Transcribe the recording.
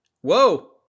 Whoa